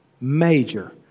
major